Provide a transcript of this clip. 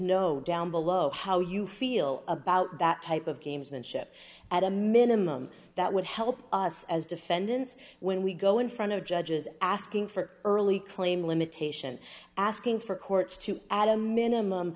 know downbelow how you feel about that type of gamesmanship at a minimum that would help us as defendants when we go in front of judges asking for early claim limitation asking for courts to add a minimum